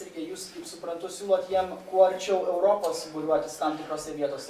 irgi jūs kaip suprantu siūlot jiem kuo arčiau europos būriuotis tam tikrose vietose